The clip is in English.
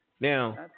Now